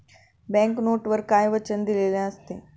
Bank नोटवर काय वचन दिलेले असते?